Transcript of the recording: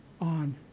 on